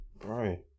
Bro